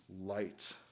light